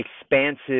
expansive